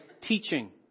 teaching